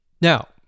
now